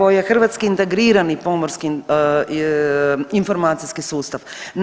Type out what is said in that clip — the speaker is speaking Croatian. Koji je hrvatski integrirani pomorski informacijski sustav.